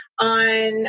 on